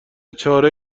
چاره